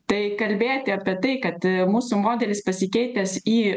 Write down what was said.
tai kalbėti apie tai kad mūsų modelis pasikeitęs į